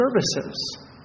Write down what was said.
services